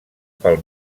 pel